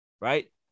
right